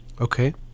okay